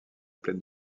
plaine